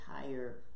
entire